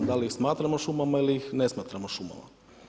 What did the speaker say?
Da li je smatramo šumama ili ih ne smatramo šumama.